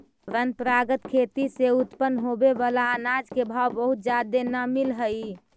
परंपरागत खेती से उत्पन्न होबे बला अनाज के भाव बहुत जादे न मिल हई